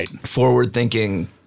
forward-thinking